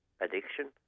Addiction